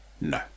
no